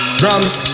drums